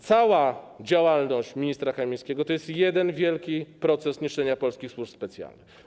Cała działalność ministra Kamińskiego to jest jeden wielki proces niszczenia polskich służb specjalnych.